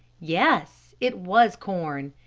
yes, it was corn.